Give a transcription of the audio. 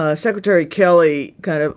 ah secretary kelly kind of